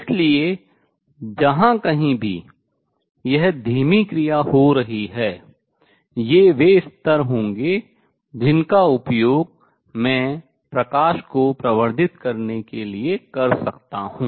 इसलिए जहां कहीं भी यह धीमी क्रिया हो रही है ये वे स्तर होंगे जिनका उपयोग मैं प्रकाश को प्रवर्धित के लिए कर सकता हूँ